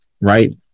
Right